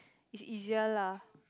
is easier lah